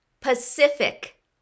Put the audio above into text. Pacific